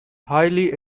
highly